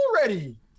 already